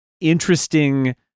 interesting